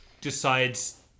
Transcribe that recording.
decides